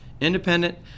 independent